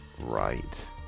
Right